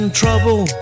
trouble